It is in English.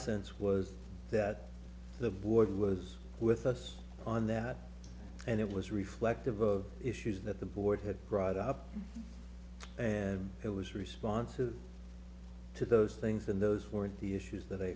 sense was that the board was with us on that and it was reflective of issues that the board had brought up and it was responsive to those things and those were the issues that i